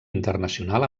internacional